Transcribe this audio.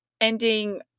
ending